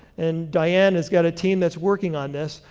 and diane has got a team that's working on this,